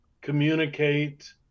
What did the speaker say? communicate